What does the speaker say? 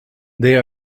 they